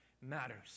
matters